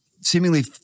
seemingly